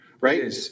Right